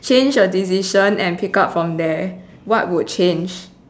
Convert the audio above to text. change your decision and pick up from there what would change